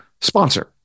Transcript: sponsor